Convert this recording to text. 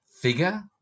figure